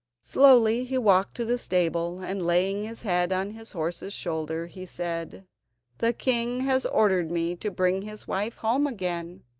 slowly he walked to the stable, and laying his head on his horse's shoulder, he said the king has ordered me to bring his wife home again,